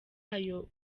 ayo